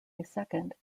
second